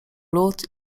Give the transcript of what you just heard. lód